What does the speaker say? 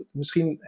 misschien